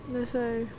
that's why